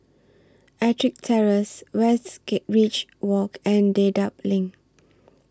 Ettrick Terrace Westridge Walk and Dedap LINK